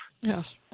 Yes